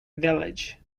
village